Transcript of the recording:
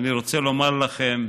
ואני רוצה לומר לכם